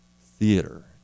theater